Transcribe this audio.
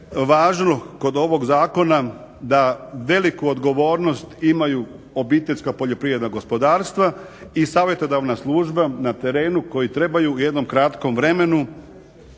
važno kod ovog zakona da veliku odgovornost imaju obiteljska poljoprivredna gospodarstva i savjetodavna služba na terenu koji trebaju u jednom kratkom vremenu